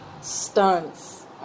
stunts